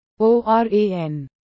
ORAN